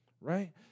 right